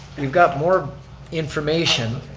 we've got more information